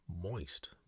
moist